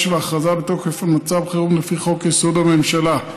של הכרזה בתוקף על מצב חירום לפי חוק-יסוד: הממשלה.